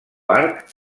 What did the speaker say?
arc